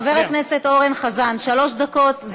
חבר הכנסת אורן חזן, שלוש דקות.